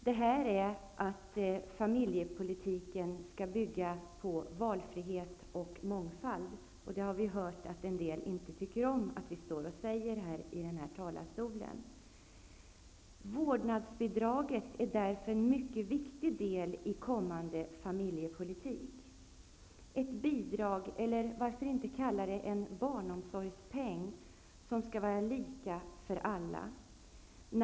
Det innebär att familjepolitiken skall bygga på valfrihet och mångfald, något som en del inte tycker om att höra från den här talarstolen. Vårdnadsbidraget är därför en mycket viktig del i kommande familjepolitik. Det är ett bidrag -- eller varför inte kalla det för en barnomsorgspeng -- som skall vara lika för alla barn.